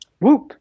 Whoop